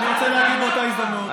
ואני רוצה להגיד באותה הזדמנות,